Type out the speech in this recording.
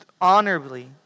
honorably